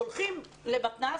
שולחים למתנ"ס,